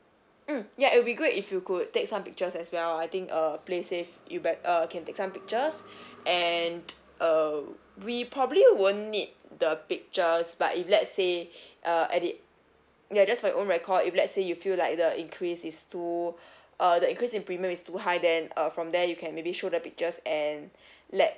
mm ya it would be great if you could take some pictures as well I think uh play safe you bet~ uh can take some pictures and uh we probably won't need the pictures but if let's say uh at the ya just for your own record if let's say you feel like the increase is too uh the increase in premium is too high then uh from there you can maybe show the pictures and let